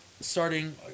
starting